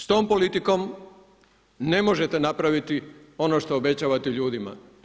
S tom politikom ne možete napraviti ono što obećavate ljudima.